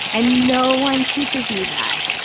and no one teaches you that.